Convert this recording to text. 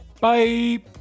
bye